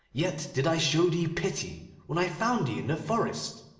yet did i show thee pity when i found thee in the forest